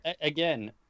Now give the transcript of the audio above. Again